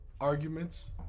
arguments